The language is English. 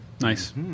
Nice